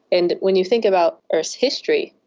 and when you think about earth's history,